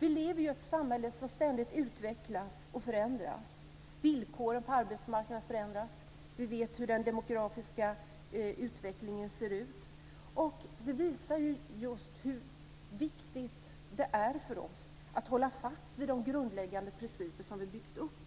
Vi lever i ett samhälle som ständigt utvecklas och förändras. Villkoren på arbetsmarknaden förändras. Vi vet hur den demografiska utvecklingen ser ut. Det visar hur viktigt det är för oss att hålla fast vid de grundläggande principer som vi har byggt upp